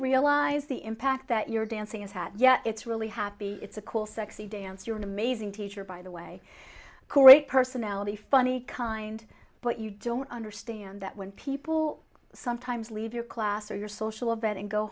realize the impact that your dancing is had yeah it's really happy it's a cool sexy dance you're an amazing teacher by the way core a personality funny kind but you don't understand that when people sometimes leave your class or your social event and go